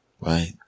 Right